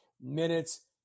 minutes